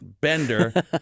bender